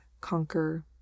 conquer